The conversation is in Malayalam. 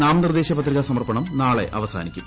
നാമനിർദ്ദേശപത്രിക സമർപ്പണം നാളെ അവസാനിക്കും